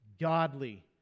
godly